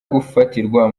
gufatirwa